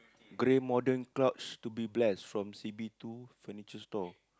grey modern couch to be blessed from C_B-two furniture store